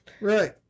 Right